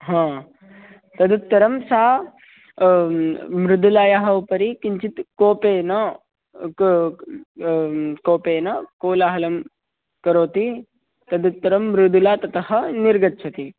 हा तदुत्तरं सा मृदुलायाः उपरि किञ्चित् कोपेन क् कोपेन कोलाहलं करोति तदुत्तरं मृदुला ततः निर्गच्छति